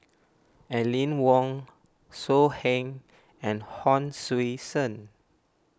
Aline Wong So Heng and Hon Sui Sen